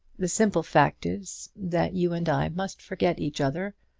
the simple fact is, that you and i must forget each other,